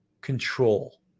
control